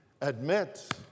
admit